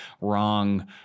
wrong